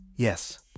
Yes